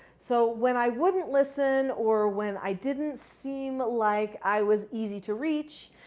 so, when i wouldn't listen or when i didn't seem like i was easy to reach,